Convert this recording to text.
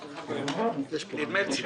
אף אחת מהן לא יושבת פה.